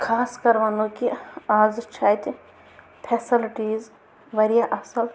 خاص کَر وَنو کہِ آزٕ چھِ اَتہِ فٮ۪سلٹیٖز واریاہ اَصٕل